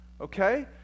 Okay